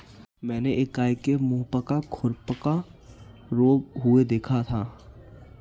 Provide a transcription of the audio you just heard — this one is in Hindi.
मैंने एक गाय के मुहपका खुरपका रोग हुए देखा था